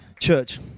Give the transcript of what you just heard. Church